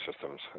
systems